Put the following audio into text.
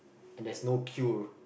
and there's no queue